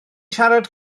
siarad